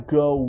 go